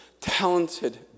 talented